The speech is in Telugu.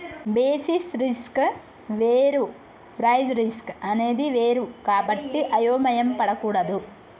బేసిస్ రిస్క్ వేరు ప్రైస్ రిస్క్ అనేది వేరు కాబట్టి అయోమయం పడకూడదు